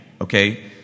Okay